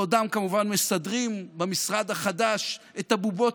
בעודם כמובן מסדרים במשרד החדש את הבובות